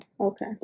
okay